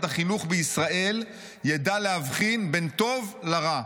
החינוך בישראל ידע להבדיל בין טוב לרע.